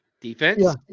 Defense